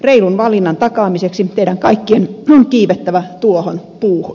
reilun valinnan takaamiseksi teidän kaikkien on kiivettävä tuohon puuhun